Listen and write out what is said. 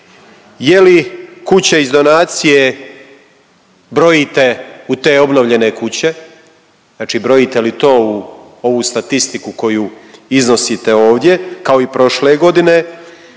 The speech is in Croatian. Je li kuće iz donacije brojite u te obnovljene kuće, znači brojite li to, ovu statistiku koju iznosite ovdje kao i prošle godine.